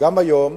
גם היום,